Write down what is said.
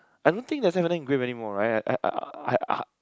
I don't think they sell fanta grape anymore right I